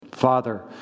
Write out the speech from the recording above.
Father